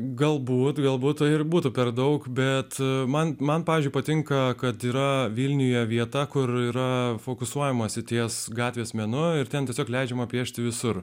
galbūt galbūt ir būtų per daug bet man man pavyzdžiui patinka kad yra vilniuje vieta kur yra fokusuojamas ties gatvės menu ir ten tiesiog leidžiama piešti visur